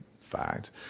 fact